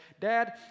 Dad